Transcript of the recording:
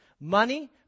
money